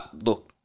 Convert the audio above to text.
Look